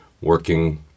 working